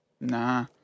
nah